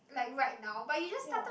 like right now but you just started